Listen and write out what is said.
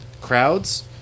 crowds